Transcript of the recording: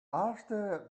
after